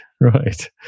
right